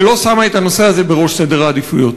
שלא שמה את הנושא הזה בראש סדר העדיפויות.